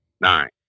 Nine